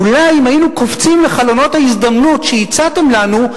אולי אם היינו קופצים על חלונות ההזדמנות שהצעתם לנו,